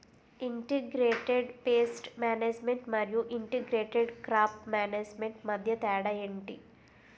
integrated pest management మరియు integrated crop management మధ్య తేడా ఏంటి